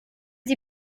sie